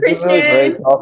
Christian